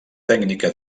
tècnica